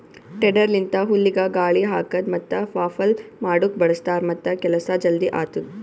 tedder ಲಿಂತ ಹುಲ್ಲಿಗ ಗಾಳಿ ಹಾಕದ್ ಮತ್ತ ವಾಫಲ್ ಮಾಡುಕ್ ಬಳ್ಸತಾರ್ ಮತ್ತ ಕೆಲಸ ಜಲ್ದಿ ಆತ್ತುದ್